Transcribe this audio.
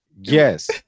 Yes